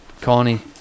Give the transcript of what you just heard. Connie